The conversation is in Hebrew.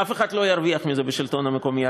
אף אחד לא ירוויח מזה בשלטון המקומי.